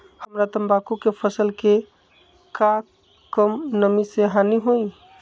हमरा तंबाकू के फसल के का कम नमी से हानि होई?